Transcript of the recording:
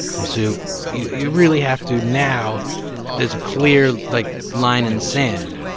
and so you really have to now there's a clear, like, line in the sand.